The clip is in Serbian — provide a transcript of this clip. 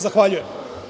Zahvaljujem.